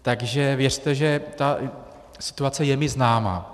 Takže věřte, že ta situace je mi známa.